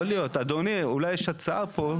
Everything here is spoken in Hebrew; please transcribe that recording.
אדוני, אולי יש הצעה פה.